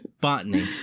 Botany